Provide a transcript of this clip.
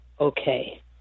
okay